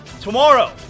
Tomorrow